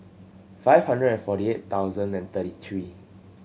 five hundred and forty eight thousand and thirty three